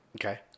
okay